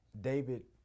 David